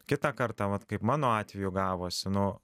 kitą kartą vat kaip mano atveju gavosi nu